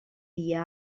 dia